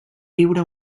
viure